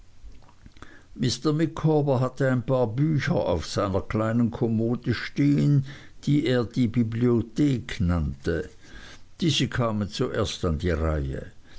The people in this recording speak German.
micawber hatte ein paar bücher auf seiner kleinen kommode stehen die er die bibliothek nannte diese kamen zuerst an die reihe